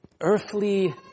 earthly